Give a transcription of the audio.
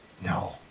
No